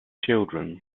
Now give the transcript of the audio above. children